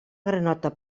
granota